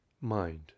Mind